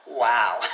Wow